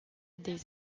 des